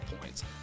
points